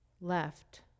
left